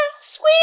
sweet